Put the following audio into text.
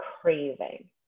craving